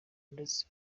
ndetse